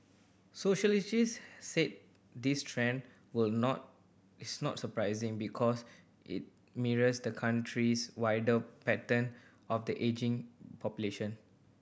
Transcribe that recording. sociologists said this trend will not is not surprising because it mirrors the country's wider pattern of the ageing population